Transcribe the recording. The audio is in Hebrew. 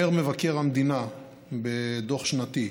אומר מבקר המדינה בדוח שנתי: